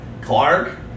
Clark